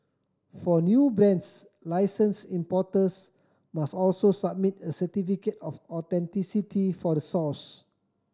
for new brands licensed importers must also submit a certificate of authenticity for the source